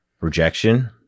rejection